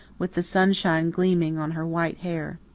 with the sunshine gleaming on her white hair.